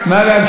מפריע.